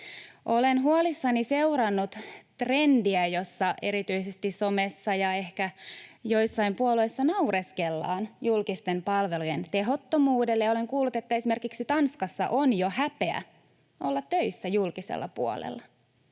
Olen huolissani seurannut trendiä, jossa erityisesti somessa ja ehkä joissain puolueissa naureskellaan julkisten palvelujen tehottomuudelle. Olen kuullut, että esimerkiksi Tanskassa on jo häpeä olla töissä julkisella puolella,